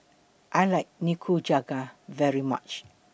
I like Nikujaga very much